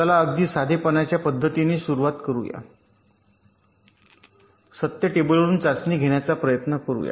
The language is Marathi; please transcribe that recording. चला अगदी साधे पणाच्या पध्दतीने सुरुवात करूया सत्य टेबलवरुन चाचणी घेण्याचा प्रयत्न करूया